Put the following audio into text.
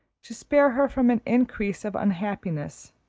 to spare her from an increase of unhappiness,